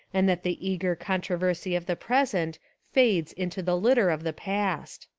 and that the eager controversy of the present fades into the litter of the past.